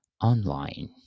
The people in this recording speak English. online